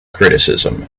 criticism